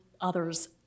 others